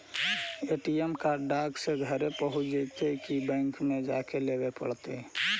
ATM card डाक से घरे पहुँच जईतै कि बैंक में जाके लाबे पड़तै?